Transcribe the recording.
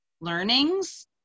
learnings